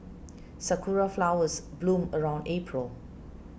sakura flowers bloom around April